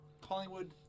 Collingwood